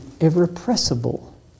irrepressible